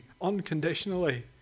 unconditionally